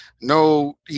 no